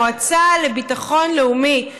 המועצה לביטחון לאומי,